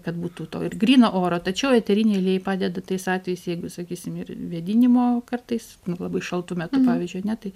kad būtų to ir gryno oro tačiau eteriniai aliejai padeda tais atvejais jeigu sakysim ir vėdinimo kartais nu labai šaltu metu pavyzdžiui ane tai